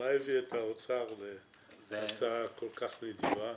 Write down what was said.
מה הביא את האוצר להצעה כל כך נדיבה,